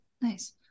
nice